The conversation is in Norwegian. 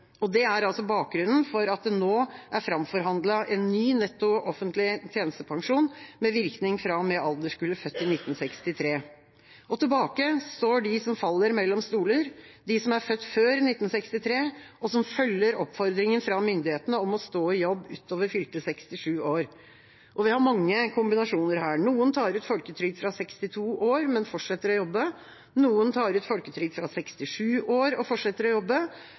Og det er altså bakgrunnen for at det nå er framforhandlet en ny netto offentlig tjenestepensjon med virkning fra og med alderskullet født i 1963. Tilbake står de som faller mellom stoler – de som er født før 1963, og som følger oppfordringen fra myndighetene om å stå i jobb utover fylte 67 år. Vi har mange kombinasjoner her: Noen tar ut folketrygd fra 62 år, men fortsetter å jobbe. Noen tar ut folketrygd fra 67 år, men fortsetter å jobbe.